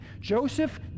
Joseph